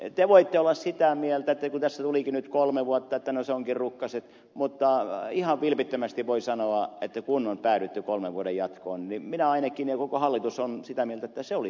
te voitte olla sitä mieltä että kun tässä tulikin nyt kolme vuotta se onkin rukkaset mutta ihan vilpittömästi voin sanoa että kun on päädytty kolmen vuoden jatkoon niin minä ainakin olen ja koko hallitus olemme sitä mieltä että se oli tosi hyvä ratkaisu